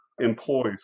employees